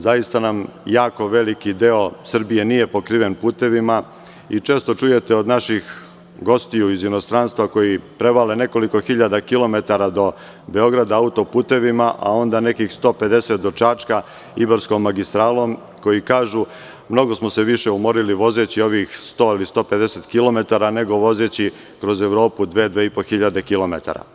Zaista nam jako veliki deo Srbije nije pokriven putevima i često čujete od naših gostiju iz inostranstva koji prevale nekoliko hiljada kilometara do Beograda autoputevima, a onda nekih 150 do Čačka, Ibarskom magistralom, koji kažu mnogo smo se više umorili vozeći ovih 100 ili 150 kilometara nego vozeći kroz Evropu 2.000 do 2.500 kilometara.